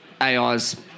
AI's